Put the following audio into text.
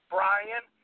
Brian